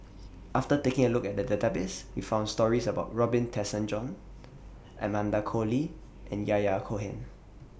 after taking A Look At The Database We found stories about Robin Tessensohn Amanda Koe Lee and Yahya Cohen